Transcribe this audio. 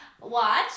Watch